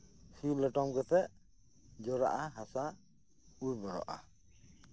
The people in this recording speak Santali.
ᱥᱤ ᱞᱚᱴᱚᱢ ᱠᱟᱛᱮᱜ ᱡᱚᱨᱟᱼᱟ ᱦᱟᱥᱟ ᱩᱨᱵᱚᱨᱚᱜᱼᱟ